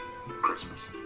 christmas